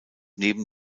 neben